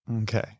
Okay